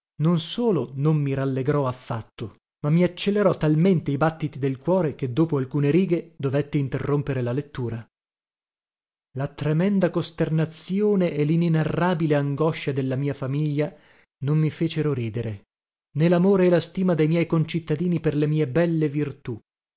non solo non mi rallegrò affatto ma mi accelerò talmente i battiti del cuore che dopo alcune righe dovetti interrompere la lettura la tremenda costernazione e linenarrabile angoscia della mia famiglia non mi fecero ridere né lamore e la stima dei miei concittadini per le mie belle virtù